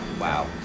wow